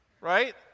Right